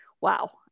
wow